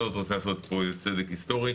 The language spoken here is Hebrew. לעשות פה איזה צדק היסטורי: